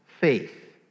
faith